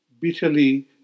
bitterly